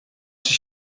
czy